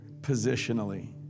positionally